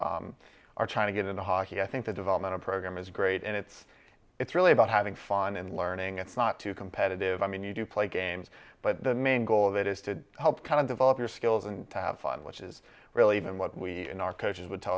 are trying to get into hockey i think the developmental program is great and it's it's really about having fun and learning it's not too competitive i mean you do play games but the main goal of it is to help kind of develop your skills and to have fun which is really what we in our coaches would tell